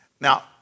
Now